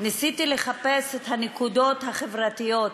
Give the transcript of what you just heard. ניסיתי לחפש בתוך התקציב את הנקודות החברתיות,